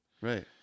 Right